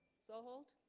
so hold